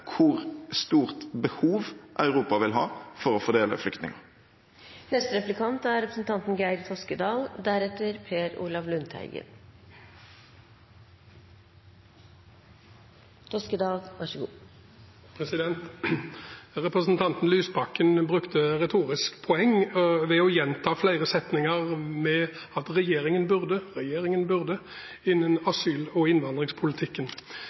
hvor stort behov Europa vil ha for å fordele flyktningene. Representanten Lysbakken brukte et retorisk poeng ved å gjenta flere setninger om at «regjeringen burde» innen asyl- og innvandringspolitikken.